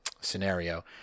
scenario